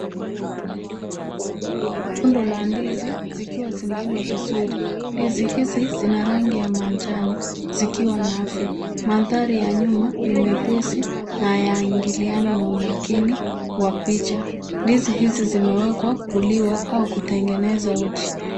Rundo la ndizi zikiwa zimeiva vizuri. Ndizi hizi zina rangi ya manjano zikiwa na afya. Mandhari ya nyuma ni mepesi na hayaingiliani na umakini wa picha. Ndizi hizi zimewekwa kuliwa au kutengeneza uji.